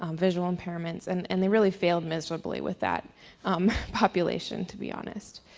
um visual impairments and and they really failed miserably with that population to be honest.